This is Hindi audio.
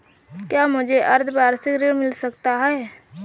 क्या मुझे अर्धवार्षिक ऋण मिल सकता है?